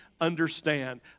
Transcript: understand